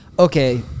Okay